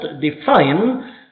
define